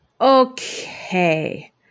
Okay